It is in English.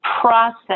process